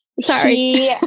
Sorry